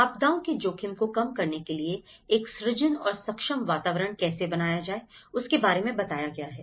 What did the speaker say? आपदाओं के जोखिम को कम करने के लिए एक सृजन और सक्षम वातावरण कैसे बनाया जाए उसके बारे में बताया गया है